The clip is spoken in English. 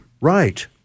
Right